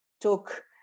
took